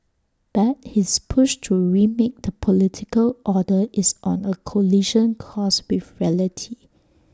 but his push to remake the political order is on A collision course with reality